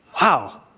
Wow